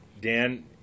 Dan